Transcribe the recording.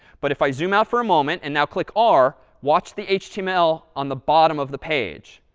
but if i zoom out for a moment and now click r, watch the html on the bottom of the page.